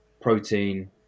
protein